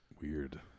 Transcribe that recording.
Weird